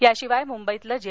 याशिवाय मुंबईतील जे